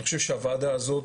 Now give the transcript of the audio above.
אני חושב שהוועדה הזאת,